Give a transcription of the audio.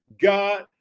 God